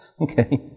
Okay